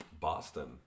Boston